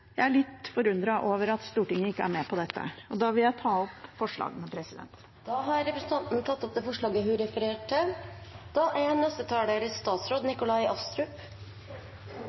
Jeg er litt forundret over at Stortinget ikke er med på dette. Jeg tar opp SVs forslag. Representanten Karin Andersen har tatt opp det forslaget hun refererte til. Tilsyn er